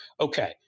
Okay